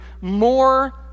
more